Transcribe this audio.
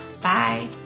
bye